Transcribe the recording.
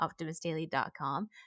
optimistdaily.com